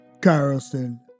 Carlson